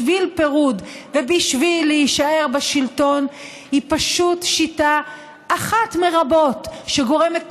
בשביל פירוד ובשביל להישאר בשלטון היא פשוט שיטה אחת מרבות שגורמת